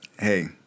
hey